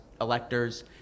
electors